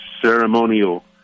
ceremonial